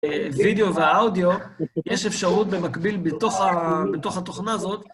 וידאו והאודיו, יש אפשרות במקביל בתוך התוכנה הזאת.